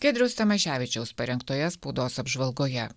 giedriaus tamaševičiaus parengtoje spaudos apžvalgoje